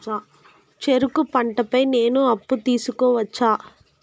చెరుకు పంట పై నేను అప్పు తీసుకోవచ్చా?